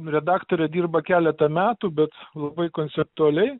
redaktore dirba keletą metų bet labai konceptualiai